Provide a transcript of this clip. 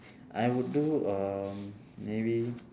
I would do um maybe